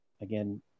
again